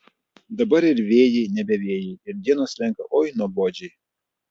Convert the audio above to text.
dabar ir vėjai nebe vėjai ir dienos slenka oi nuobodžiai